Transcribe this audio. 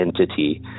entity